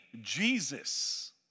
Jesus